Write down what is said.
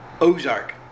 Ozark